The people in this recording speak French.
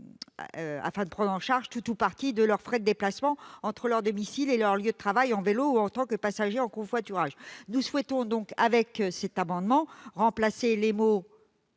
afin de prendre en charge tout ou partie de leurs frais de déplacement entre leur domicile et leur lieu de travail, à vélo ou en tant que passager en covoiturage. Nous souhaitons, comme M. Bonhomme, rendre ce